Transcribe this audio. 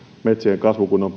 metsien kasvukunnon